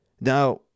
Now